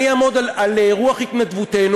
אני אעמוד על רוח התנדבותנו,